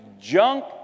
junk